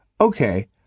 Okay